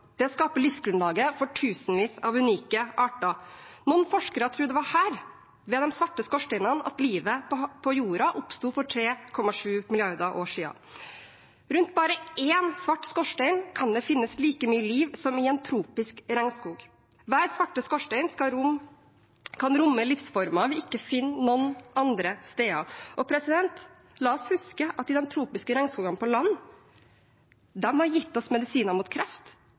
Det skaper livsgrunnlaget for tusenvis av unike arter. Noen forskere tror det var her, ved de svarte skorsteinene, livet på jorden oppsto for 3,7 milliarder år siden. Rundt bare én svart skorstein kan det finnes like mye liv som i en tropisk regnskog. Hver svarte skorstein kan romme livsformer vi ikke finner noen andre steder. La oss huske at de tropiske regnskogene på land har gitt oss medisiner mot kreft,